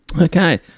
Okay